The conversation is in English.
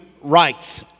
rights